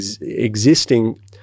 existing